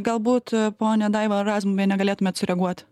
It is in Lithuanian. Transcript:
galbūt ponia daiva razmuvienė galėtumėt sureaguot